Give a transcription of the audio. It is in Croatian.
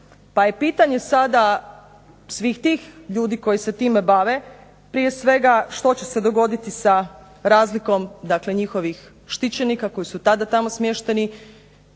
Pa je pitanje sada svih tih ljudi koji se time bave, prije svega što će se dogoditi sa razlikom dakle njihovih štićenika koji su tada tamo smješteni,